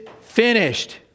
finished